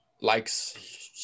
likes